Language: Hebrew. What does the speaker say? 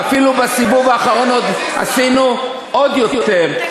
ואפילו בסיבוב האחרון עשינו עוד יותר,